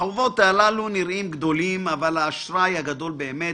החובות הללו נראים גדולים, אבל האשראי הגדול באמת